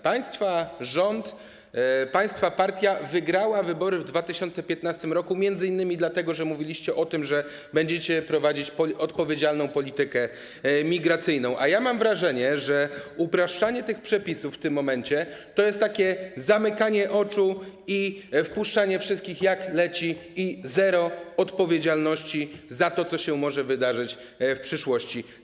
Państwa partia wygrała wybory w 2015 r. m.in. dlatego, że mówiliście o tym, że będziecie prowadzić odpowiedzialną politykę migracyjną, a ja mam wrażenie, że upraszczanie tych przepisów w tym momencie to jest takie zamykanie oczu, wpuszczanie wszystkich jak leci i zero odpowiedzialności za to, co może się wydarzyć w przyszłości.